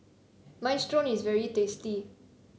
minestrone is very tasty